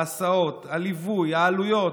ההסעות, הליווי, העלויות,